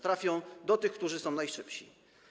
Trafią do tych, którzy są najszybsi.